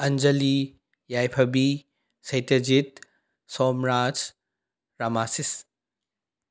Anjali Yaiphabi Seitajit Somraj ꯔꯃꯥꯁꯤꯁ